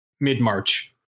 mid-March